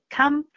？Come